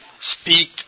speak